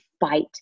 fight